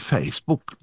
Facebook